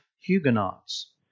Huguenots